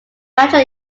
manager